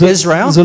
Israel